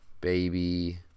Baby